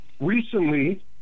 recently